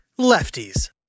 lefties